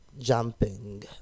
Jumping